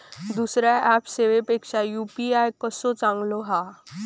दुसरो ऍप सेवेपेक्षा यू.पी.आय कसो चांगलो हा?